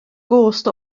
gost